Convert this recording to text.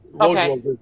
Okay